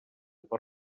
per